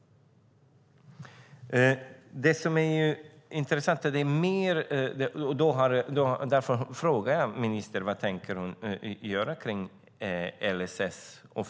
Därför frågar jag ministern vad hon tänker göra kring LSS.